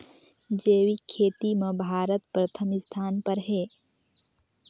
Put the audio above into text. जैविक खेती म भारत प्रथम स्थान पर हे